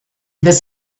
this